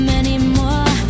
anymore